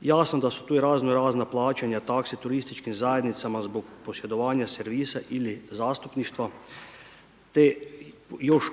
Jasno da su tu i razno razna plaćanja, takse turističkim zajednicama zbog posjedovanja servisa ili zastupništva, te još